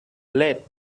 late